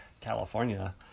California